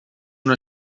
una